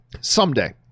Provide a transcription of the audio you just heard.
Someday